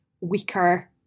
weaker